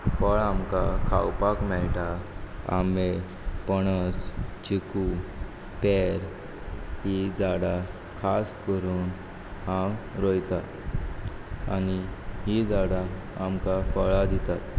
फळ आमकां खावपाक मेळटा आंबे पणस चिकू पेर हीं झाडां खास कोरून हांव रोयता आनी हीं झाडां आमकां फळां दितात